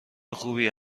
خوبیه